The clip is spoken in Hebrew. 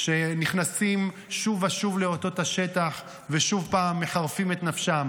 שנכנסים שוב ושוב לאותו תא שטח ושוב פעם מחרפים את נפשם.